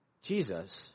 Jesus